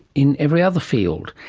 in every other field.